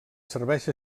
serveix